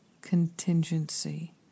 contingency